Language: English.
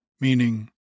meaning